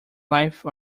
life